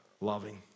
loving